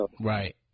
right